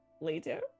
later